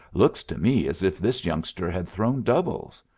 looks to me as if this youngster had thrown doubles.